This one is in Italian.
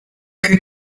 che